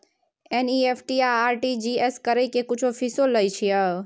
NEFT आ RTGS करै के कुछो फीसो लय छियै?